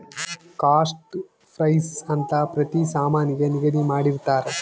cost price ಅಂತ ಪ್ರತಿ ಸಾಮಾನಿಗೆ ನಿಗದಿ ಮಾಡಿರ್ತರ